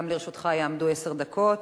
גם לרשותך יעמדו עשר דקות,